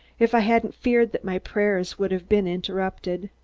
if i hadn't feared that my prayers would have been interrupted.